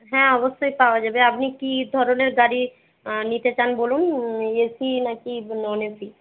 হ্যাঁ অবশ্যই পাওয়া যাবে আপনি কী ধরনের গাড়ি নিতে চান বলুন এ সি নাকি নন এ সি